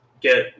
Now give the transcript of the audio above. get